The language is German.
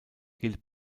hielt